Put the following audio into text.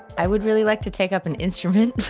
i would really like to take up an instrument.